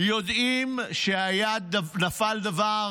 יודעים שנפל דבר